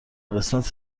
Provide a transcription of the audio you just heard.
قسمت